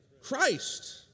Christ